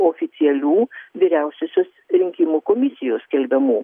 oficialių vyriausiosios rinkimų komisijos skelbiamų